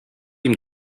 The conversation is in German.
ihm